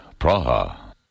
Praha